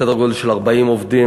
סדר-גודל של 40 עובדים,